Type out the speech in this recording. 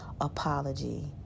apology